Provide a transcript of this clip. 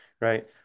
right